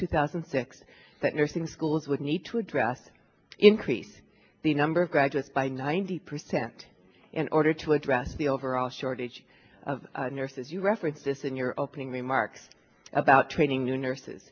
two thousand and six that nursing schools would need to a drastic increase the number of graduates by ninety percent in order to address the overall shortage of nurses you referenced this in your opening remarks about training new nurses